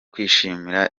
kwishimira